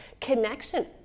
connection